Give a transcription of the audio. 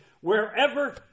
Wherever